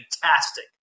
fantastic